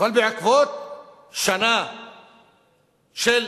אבל בעקבות השנה של המחאה,